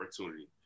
opportunity